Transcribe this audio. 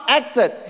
acted